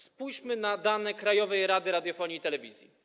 Spójrzmy na dane Krajowej Rady Radiofonii i Telewizji.